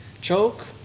choke